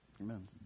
Amen